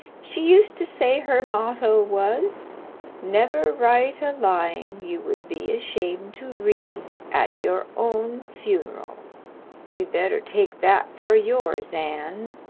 she used to say her motto was never write a line you would be ashamed to read at your own funeral you'd better take that for yours, anne,